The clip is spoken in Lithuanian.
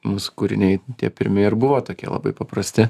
mūsų kūriniai tie pirmi ir buvo tokie labai paprasti